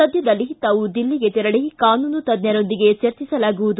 ಸದ್ದದಲ್ಲೇ ತಾವು ದಿಲ್ಲಿಗೆ ತೆರಳಿ ಕಾನೂನು ತಜ್ಞರೊಂದಿಗೆ ಚರ್ಚಿಸಲಾಗುವುದು